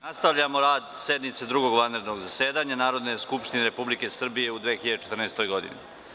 nastavljamo rad sednice Drugog vanrednog zasedanja Narodne skupštine Republike Srbije u 2014. godini.